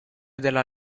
della